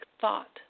thought